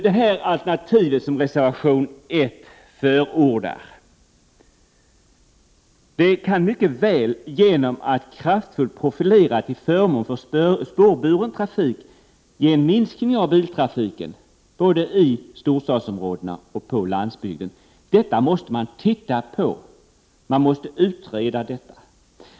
Det alternativ som reservation 1 förordar kan mycket väl, genom att kraftfullt profilera spårburen trafik, ge en minskning av biltrafiken, både i storstadsområdena och på landsbygden. Detta måste man se på, det måste utredas.